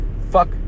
Fuck